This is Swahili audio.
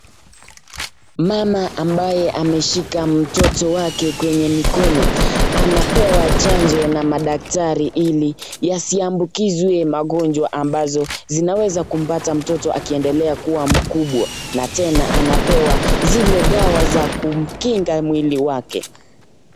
Mama ambaye ameshika mtoto wake kwenye mikono anapewa chanjo na madkatari ili asiambukizwe magonjwa ambazo zinaweza kumpata mtoto akiendelea kuwa mkubwa, na tena anapewa zile dawa za kumkinga mwili wake.